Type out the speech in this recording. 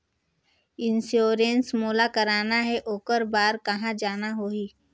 Insurance मोला कराना हे ओकर बार कहा जाना होही?